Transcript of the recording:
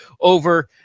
over